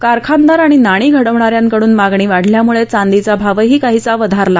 कारखानदार आणि नाणी घडवणा याकडून मागणी वाढल्यामुळे चांदीचा भावही काहीसा वधारला